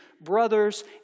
brothers